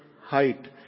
height